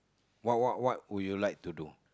what what would you like to do